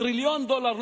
טריליון דולר.